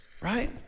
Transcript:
right